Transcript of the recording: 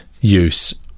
use